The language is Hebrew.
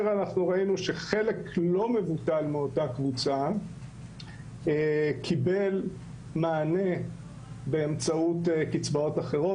ראינו שחלק לא מבוטל מאותה קבוצה קיבל מענה באמצעות קצבאות אחרות,